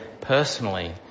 personally